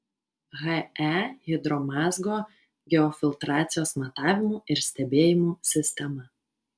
he hidromazgo geofiltracijos matavimų ir stebėjimų sistema